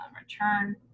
return